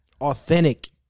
Authentic